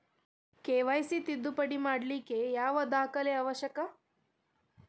KYC ತಿದ್ದುಪಡಿ ಮಾಡ್ಲಿಕ್ಕೆ ಯಾವ ದಾಖಲೆ ಅವಶ್ಯಕ?